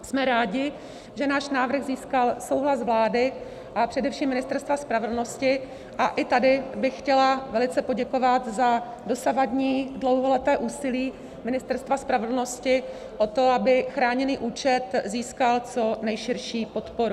Jsme rádi, že náš návrh získal souhlas vlády a především Ministerstva spravedlnosti, a i tady bych chtěla velice poděkovat za dosavadní dlouholeté úsilí Ministerstva spravedlnosti o to, aby chráněný účet získal co nejširší podporu.